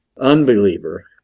unbeliever